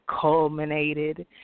culminated